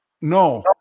No